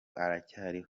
aracyariho